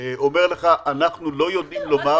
אומר לך: אנחנו לא יודעים לומר --- דיכטר,